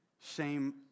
Shame